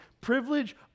privilege